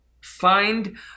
find